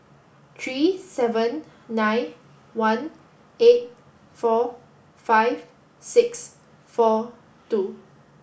three seven nine one eight four five six four two